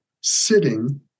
sitting